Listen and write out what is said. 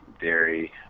dairy